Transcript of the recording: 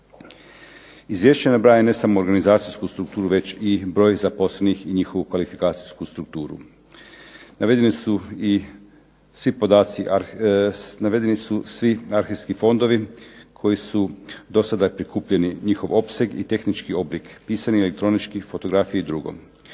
Izvješće nabraja ne samo organizacijsku strukturu već i broj zaposlenih i njihovu kvalifikacijsku strukturu. Navedeni su i svi podaci, svi arhivski fondovi koji su do sada prikupljeni, njihov opseg i tehnički oblik pisanja, elektroničkih fotografija i drugo.